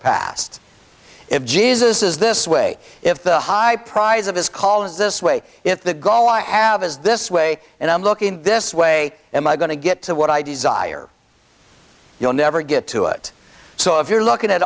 past if jesus is this way if the high price of his color is this way if the goal i have is this way and i'm looking this way am i going to get to what i desire you'll never get to it so if you're looking at